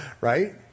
right